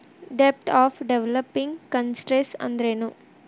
ಡೆಬ್ಟ್ of developing countries ಅಂದ್ರೇನು?